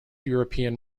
european